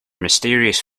mysterious